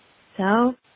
so.